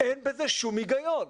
אין בזה שום היגיון.